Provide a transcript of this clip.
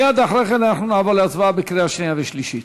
מייד אחרי כן אנחנו נעבור להצבעה בקריאה שנייה ושלישית.